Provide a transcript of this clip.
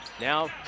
Now